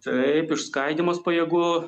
taip išskaidymas pajėgų